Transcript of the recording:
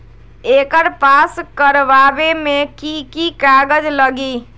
एकर पास करवावे मे की की कागज लगी?